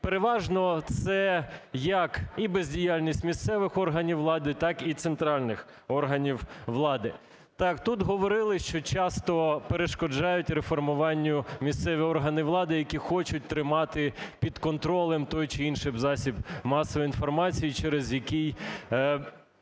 переважно це як і бездіяльність місцевих органів влади, так і центральних органів влади. Так, тут говорили, що часто перешкоджають реформуванню місцеві органи влади, які хочуть тримати під контролем той чи інших засіб масової інформації, через який